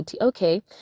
Okay